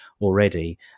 already